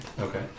Okay